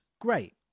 great